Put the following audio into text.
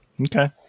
Okay